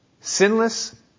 sinless